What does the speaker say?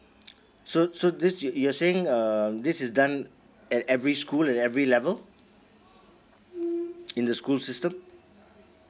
so so this you you're saying uh this is done at every school and every level in the school system